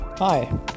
Hi